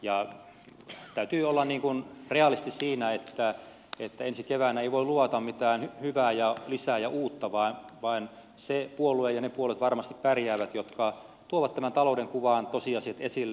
ja täytyy olla realisti siinä että ensi keväänä ei voi luvata mitään hyvää ja lisää ja uutta vaan ne puolueet varmasti pärjäävät jotka tuovat tämän talouden kuvaan tosiasiat esille